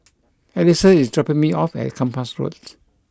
Alisa is dropping me off at Kempas Road